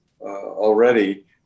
already